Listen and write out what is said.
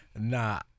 Nah